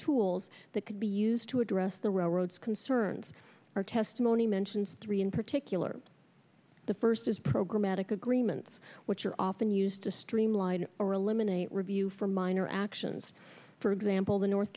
tools that could be used to address the railroads concerns our testimony mentions three in particular the first is programatic agreements which are often used to streamline or eliminate review for minor actions for example the north